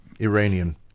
Iranian